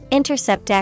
Intercept